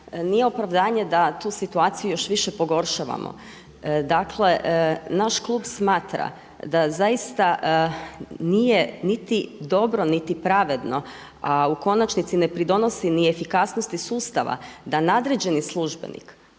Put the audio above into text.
nije opravdanje da tu situaciju još više pogoršavamo. Dakle, naš klub smatra da zaista nije niti dobro, niti pravedno, a u konačnici ne pridonosi ni efikasnosti sustava da nadređeni službenik,